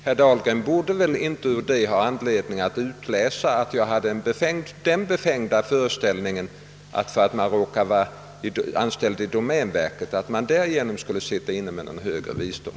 Herr Dahlgren borde väl inte ur det ha anledning utläsa att jag hade den befängda föreställningen att man för att man råkar vara anställd vid domänverket skulle sitta inne med någon högre visdom.